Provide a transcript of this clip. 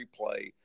replay